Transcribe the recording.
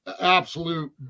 Absolute